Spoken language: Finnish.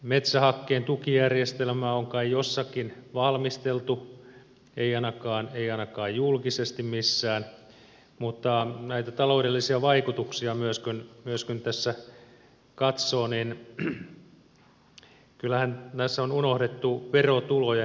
metsähakkeen tukijärjestelmää on kai jossakin valmisteltu ei ainakaan julkisesti missään mutta myös kun näitä taloudellisia vaikutuksia tässä katsoo niin kyllähän näissä on unohdettu verotulojen vaikutus muun muassa verotulojen vaikutus täysin